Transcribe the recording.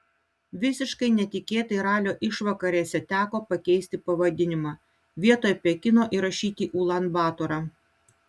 visiškai netikėtai ralio išvakarėse teko pakeisti pavadinimą vietoj pekino įrašyti ulan batorą